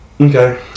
Okay